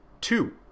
Two